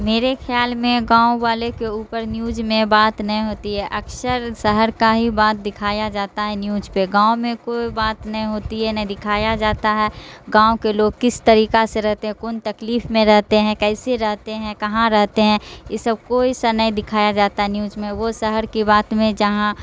میرے خیال میں گاؤں والے کے اوپر نیوج میں بات نہیں ہوتی ہے اکثر شہر کا ہی بات دکھایا جاتا ہے نیوج پہ گاؤں میں کوئی بات نہیں ہوتی ہے نہ دکھایا جاتا ہے گاؤں کے لوگ کس طریقہ سے رہتے ہیں کون تکلیف میں رہتے ہیں کیسے رہتے ہیں کہاں رہتے ہیں یہ سب کوئی سا نہیں دکھایا جاتا ہے نیوج میں وہ شہر کی بات میں جہاں